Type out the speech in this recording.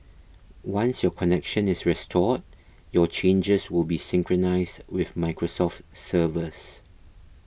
once your connection is restored your changes will be synchronised with Microsoft's servers